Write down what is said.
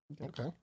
okay